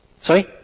Sorry